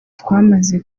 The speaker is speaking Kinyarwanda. twamaze